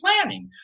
planning